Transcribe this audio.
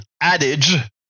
adage